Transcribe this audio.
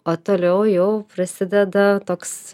o toliau jau prasideda toks